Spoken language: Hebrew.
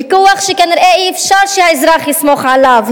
פיקוח שכנראה אי-אפשר שהאזרח יסמוך עליו,